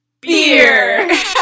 BEER